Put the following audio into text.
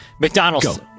McDonald's